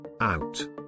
out